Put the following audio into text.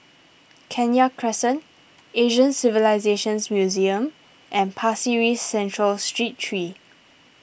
Kenya Crescent Asian Civilisations Museum and Pasir Ris Central Street three